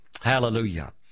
Hallelujah